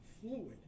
fluid